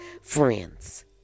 friends